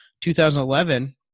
2011